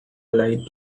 light